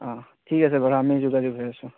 অ ঠিক আছে বাৰু আমি যোগাযোগ হৈ আছোঁ